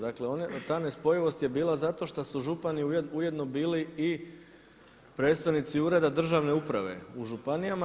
Dakle, ta nespojivost je bila zato što su župani ujedno bili i predstavnici Ureda državne uprave u županijama.